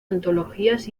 antologías